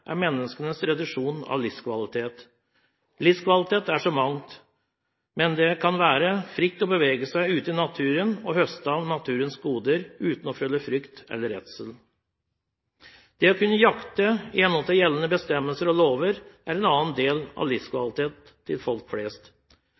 er menneskenes reduksjon av livskvalitet. Livskvalitet er så mangt, men det kan være fritt å bevege seg ute i naturen og høste av naturens goder uten å føle frykt eller redsel. Det å kunne jakte i henhold til gjeldende bestemmelser og lover er en annen del av